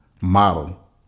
model